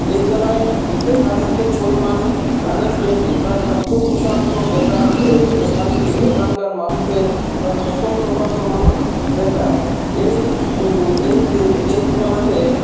এই জেলায় বেকারত্বের পরিমাণ অনেক বেশি প্রায় সত্তর শতাংশ বেকার এ এখানকে এখানকার মানুষের প্রায় সত্তর শতাংশ মানুষ বেকার এই এই যে এই জেলাতে